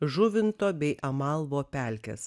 žuvinto bei amalvo pelkės